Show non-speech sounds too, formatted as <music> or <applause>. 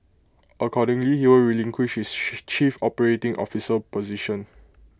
accordingly he will relinquish his <noise> chief operating officer position